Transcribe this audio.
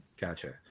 Gotcha